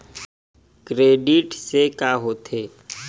Credit से का होथे?